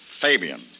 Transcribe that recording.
Fabian